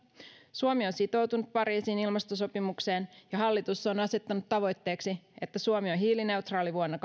suomi on sitoutunut pariisin ilmastosopimukseen ja hallitus on asettanut tavoitteeksi että suomi on hiilineutraali vuonna